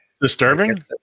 Disturbing